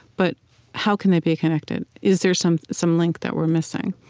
but how can they be connected? is there some some link that we're missing?